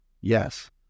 Yes